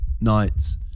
nights